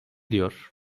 diyor